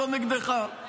לא נגדך.